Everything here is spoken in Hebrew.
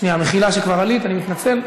שנייה, מחילה שכבר עלית, אני מתנצל.